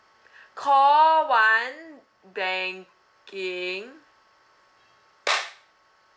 call one banking